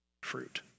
fruit